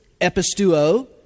epistuo